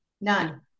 None